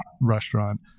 restaurant